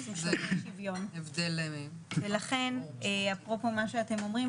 הם שוברי שוויון ולכן אפרופו מה שאתם אומרים,